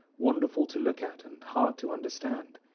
wonderful to look at and hard to understand.